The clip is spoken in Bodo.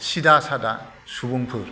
सिदा सादा सुबुंफोर